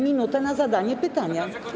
Minuta na zadanie pytania.